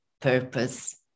purpose